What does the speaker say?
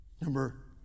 Number